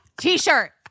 t-shirt